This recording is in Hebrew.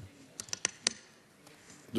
יחיא.